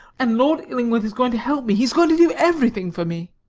and lord illingworth is going to help me. he is going to do everything for me.